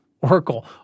oracle